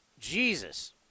Jesus